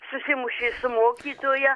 susimušė su mokytoja